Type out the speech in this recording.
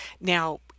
Now